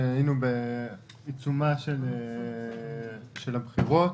היינו בעיצומן של הבחירות,